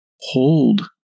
hold